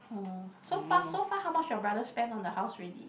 oh so far so far how much your brother spend on the house ready